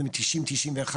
נדמה לי מ-90' 91',